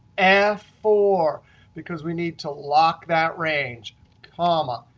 f four because we need to lock that range comma.